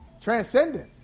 Transcendent